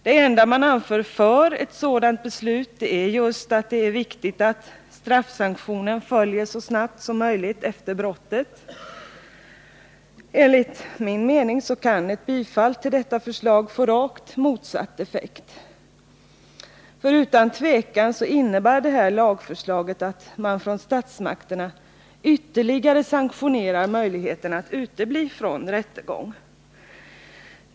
Det enda utskottet anför för ett sådant beslut är just att det är viktigt att straffsanktionen följer så snabbt som möjligt efter brottet. Enligt min mening kan ett bifall till förslaget få rakt motsatt effekt, för utan tvivel innebär det här lagförslaget att man från statsmakterna ytterligare sanktionerar möjligheterna att utebli från rättegång.